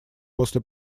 после